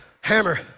Hammer